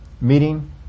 meeting